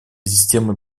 системы